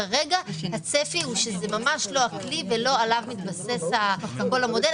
כרגע הצפי הוא שזה ממש לא הכלי ולא עליו מתבסס כל המודל.